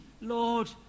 Lord